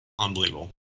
Unbelievable